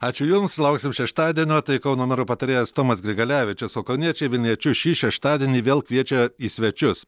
ačiū jums lauksim šeštadienio tai kauno mero patarėjas tomas grigalevičius o kauniečiai vilniečius šį šeštadienį vėl kviečia į svečius